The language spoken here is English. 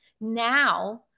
now